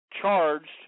charged